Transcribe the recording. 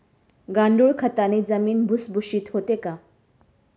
गांडूळ खताने जमीन भुसभुशीत होते का?